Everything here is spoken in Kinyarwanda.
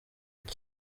cya